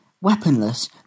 weaponless